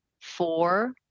four